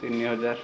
ତିନି ହଜାର